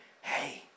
hey